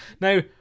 Now